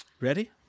ready